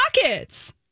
pockets